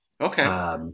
Okay